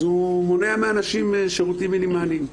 אז הוא מונע מאנשים שירותים מינימליים.